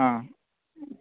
हा